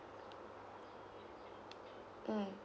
mm